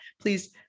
please